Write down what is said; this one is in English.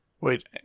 Wait